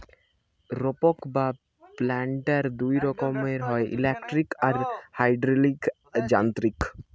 রোপক বা প্ল্যান্টার দুই রকমের হয়, ইলেকট্রিক আর হাইড্রলিক যান্ত্রিক